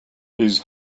his